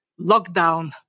lockdown